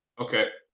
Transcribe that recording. okay.